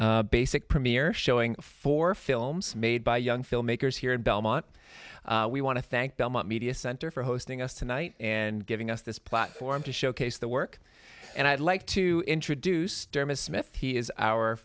first basic premiere showing four films made by young filmmakers here in belmont we want to thank belmont media center for hosting us tonight and giving us this platform to showcase the work and i'd like to introduce dermis smith he is our